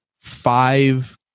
five